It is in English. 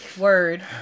word